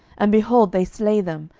and, behold, they slay them,